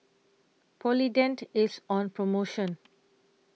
Polident IS on promotion